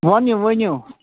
ؤنو ؤنِو